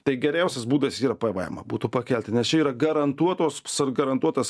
tai geriausias būdas yra pvemą būtų pakelti nes čia yra garantuotos garantuotas